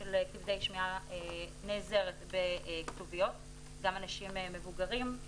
של כבדי שמיעה נעזרת בכתוביות, גם אנשים מבוגרים.